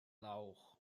lauch